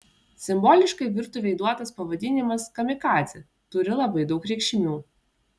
simboliškai virtuvei duotas pavadinimas kamikadzė turi labai daug reikšmių